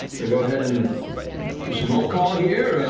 going to go ahead and do some roll call here.